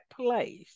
place